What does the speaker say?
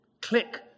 Click